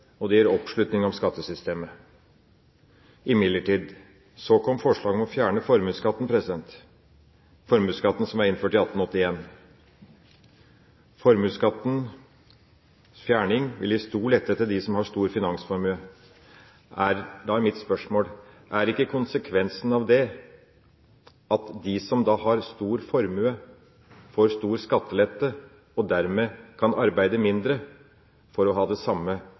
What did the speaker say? og det gir oppslutning om skattesystemet. Imidlertid kom forslaget om å fjerne formuesskatten; formuesskatten som ble innført i 1881. Fjerning av formuesskatten vil gi stor lette til dem som har stor finansformue. Da er mitt spørsmål: Er ikke konsekvensen av det at de som da har stor formue, får stor skattelette og dermed kan arbeide mindre for å ha det samme